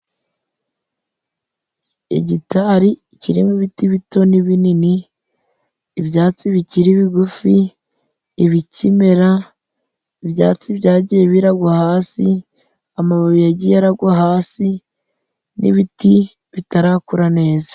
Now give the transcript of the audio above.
Igitari kirimo ibiti bito n'binini, ibyatsi bikiri bigufi, ibikimera, ibyatsi byagiye biragwa hasi, amababi yagiye aragwa hasi, n'ibiti bitarakura neza.